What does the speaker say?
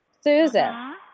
Susan